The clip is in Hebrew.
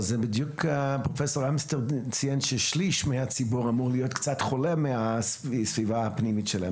פרופסור אמסטר ציין ששליש מהציבור אמור להיות קצת חולה מהסביבה הפנימית.